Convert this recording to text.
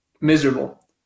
Miserable